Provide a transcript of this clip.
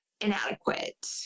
inadequate